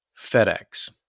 FedEx